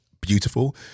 beautiful